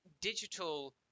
digital